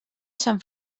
sant